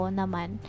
naman